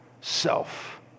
self